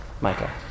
Micah